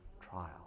trial